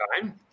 time